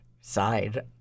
side